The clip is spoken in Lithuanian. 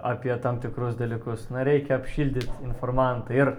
apie tam tikrus dalykus na reikia apšildyt informantą ir